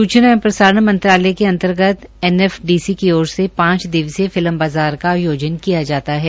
सूचना एवं प्रसारण मंत्रालय के अंतर्गत एनएफडीसी की ओर से पांच दिवसीय फिल्म बाज़ार का आयोजन किया जाता है